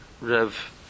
Rev